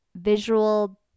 visual